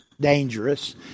dangerous